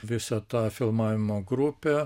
visą tą filmavimo grupę